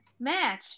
Match